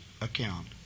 account